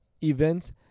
events